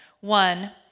one